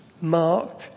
mark